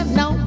no